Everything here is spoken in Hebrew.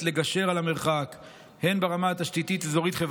לגשר על המרחק הן ברמה התשתיתית-אזורית-חברתית,